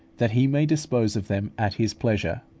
that he may dispose of them at his pleasure.